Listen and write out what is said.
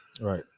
Right